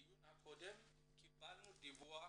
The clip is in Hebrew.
בדיון הקודם קיבלנו דיווח